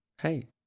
hey